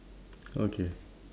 okay